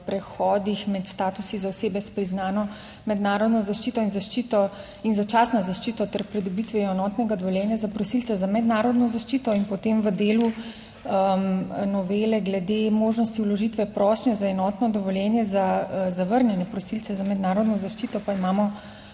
prehodih med statusi za osebe s priznano mednarodno zaščito in zaščito in začasno zaščito ter pridobitvijo enotnega dovoljenja za prosilce za mednarodno zaščito in potem v delu novele glede možnosti vložitve prošnje za enotno dovoljenje za zavrnjene prosilce za mednarodno zaščito, pa imamo